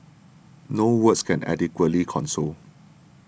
no words can adequately console